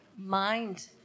Mind